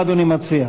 מה אדוני מציע?